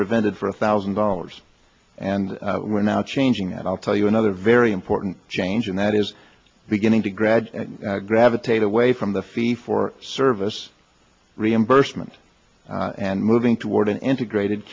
prevented for a thousand dollars and we're now changing and i'll tell you another very important change in that is beginning to gradually gravitate away from the fee for service reimbursement and moving toward an integrated